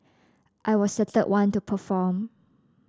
I was the third one to perform